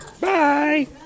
Bye